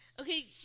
Okay